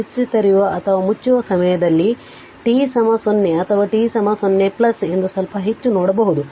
switch ತೆರೆಯುವ ಅಥವಾ ಮುಚ್ಚುವ ಸಮಯದಲ್ಲಿ t 0 ಅಥವಾ t 0 ಎಂದು ಸ್ವಲ್ಪ ಹೆಚ್ಚು ನೋಡಬಹುದು